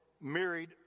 married